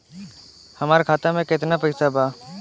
हमरा खाता मे केतना पैसा बा?